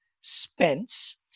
Spence